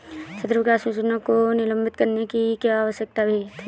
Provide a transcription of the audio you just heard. क्षेत्र विकास योजना को निलंबित करने की क्या आवश्यकता थी?